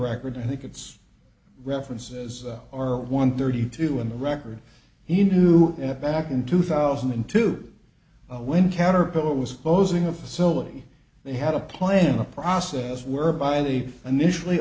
record i think it's references are one thirty two in the record he knew back in two thousand and two when caterpillar was opposing a facility they had a plan a process whereby they initially